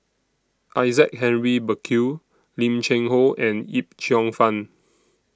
Isaac Henry Burkill Lim Cheng Hoe and Yip Cheong Fun